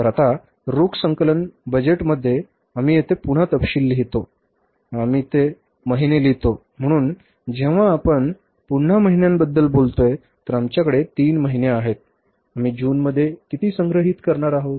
तर आता रोख संकलन बजेट मध्ये आम्ही येथे पुन्हा तपशील लिहितो मग आम्ही येथे महिने लिहितो म्हणून जेव्हा आपण पुन्हा महिन्यांबद्दल बोलतोय तर आमच्याकडे 3 महिने आहेत आम्ही जूनमध्ये किती संग्रहित करणार आहोत